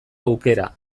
aukera